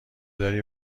داری